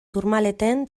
tourmaleten